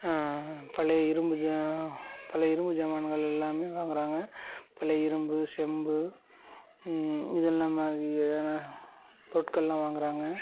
பழைய இரும்பு ஜா பழைய இரும்பு ஜாமான்கள் எல்லாமே வாங்குறாங்க பழைய இரும்பு செம்பு இதெல்லாம் அது பொருட்களெலாம் வாங்குறாங்க